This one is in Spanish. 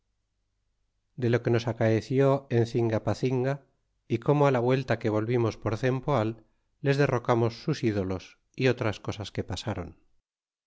de lo que nos acaeció en cingapacinga y como la vuelta que volvimos por cerupoal les derrocamos sus idoles y otras cosas que pasaron